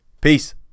Peace